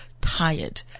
tired